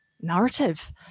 narrative